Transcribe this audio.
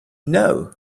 know